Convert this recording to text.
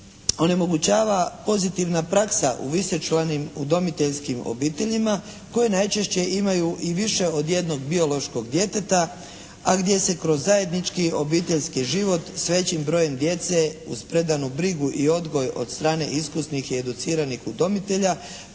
onemogućava pozitivna praksa u višečlanim udomiteljskim obiteljima koje najčešće imaju i više od jednog biološkog djeteta, a gdje se kroz zajednički obiteljski život s većim brojem djece uz predanu brigu i odgoj od strane iskusnih i educiranih udomitelja